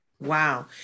Wow